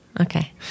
Okay